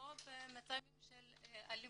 או במקרים של אלימות,